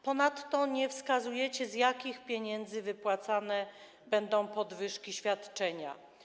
Ponadto nie wskazujecie, z jakich pieniędzy wypłacana będzie podwyżka świadczenia.